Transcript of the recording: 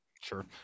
Sure